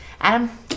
Adam